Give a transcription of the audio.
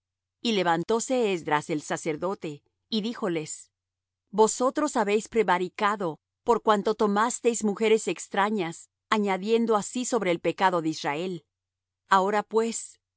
y levantóse esdras el sacerdote y díjoles vosotros habéis prevaricado por cuanto tomasteis mujeres extrañas añadiendo así sobre el pecado de israel ahora pues dad gloria á